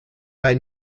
bei